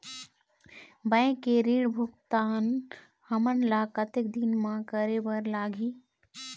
Bank के ऋण भुगतान हमन ला कतक दिन म करे बर लगही?